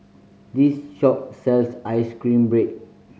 this shop sells ice cream bread